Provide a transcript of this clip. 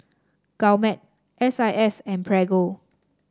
Gourmet S I S and Prego